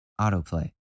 autoplay